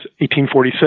1846